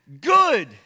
good